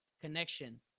connection